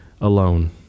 alone